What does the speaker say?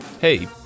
Hey